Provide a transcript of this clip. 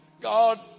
God